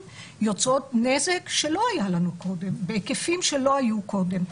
יוצרות נזק שלא היה לנו קודם בהיקפים שלא היו קודם.